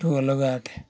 ଠୁ ଅଲଗା ଅଟେ